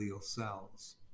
cells